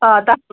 آ تَتھ